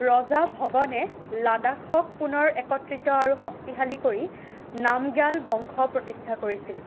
ৰজা ভগনে লাডাখক পুনৰ একত্ৰিত আৰু শক্তিশালী কৰি নামগ্যাল বংশ প্ৰতিষ্ঠা কৰিছিল